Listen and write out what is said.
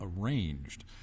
arranged